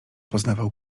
poznawał